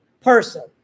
person